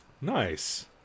nice